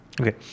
Okay